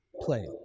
play